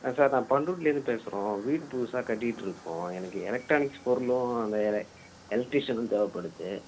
ஆ sir நான் பண்ரூட்டியிலேருந்து பேசுகிறோம் வீடு புதுசாக கட்டிட்டு இருக்கோம் எனக்கு எலெக்ட்ரானிக்ஸ் பொருளும் அந்த எலெக்ட்ரீசியனும் தேவைப்படுது